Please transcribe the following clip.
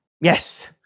Yes